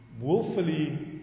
willfully